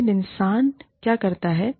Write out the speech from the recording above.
लेकिन इंसान क्या करता है